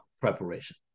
preparation